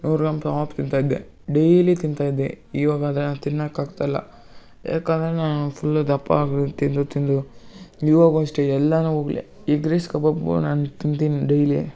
ನೂರು ಗ್ರಾಮ್ ಕಬಾಬ್ ತಿಂತಾ ಇದ್ದೆ ಡೈಲಿ ತಿಂತಾ ಇದ್ದೆ ಇವಾಗಾದರೆ ತಿನ್ನಕ್ಕೆ ಆಗ್ತಾ ಇಲ್ಲ ಯಾಕಂದರೆ ನಾನು ಫುಲ್ಲು ದಪ್ಪ ಆಗಿದೀನಿ ತಿಂದು ತಿಂದು ಇವಾಗೂ ಅಷ್ಟೇ ಎಲ್ಲಾರ ಹೋಗ್ಲಿ ಎಗ್ ರೈಸ್ ಕಬಾಬು ನಾನು ತಿಂತೀನಿ ಡೈಲಿ